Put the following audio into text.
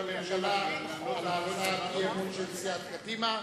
הממשלה על הצעת האי-אמון של סיעת קדימה.